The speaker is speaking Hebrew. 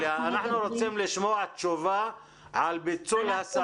אנחנו רוצים לשמוע תשובה על ביטול הסעות.